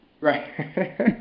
right